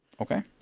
Okay